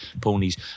ponies